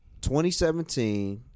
2017